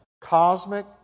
cosmic